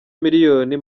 miliyoni